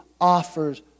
offers